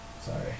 sorry